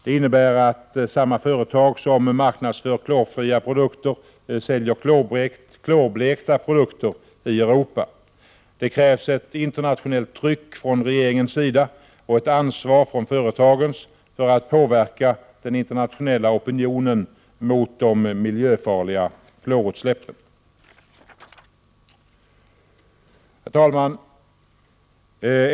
Det innebär att samma företag som marknadsför klorfria produkter säljer klorblekta produkter i Europa. Det krävs ett internationellt tryck från regeringens sida och ett ansvar från företagens för att påverka den internationella opinionen mot de miljöfarliga klorutsläppen. Herr talman!